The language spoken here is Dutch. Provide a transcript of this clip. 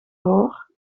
hoor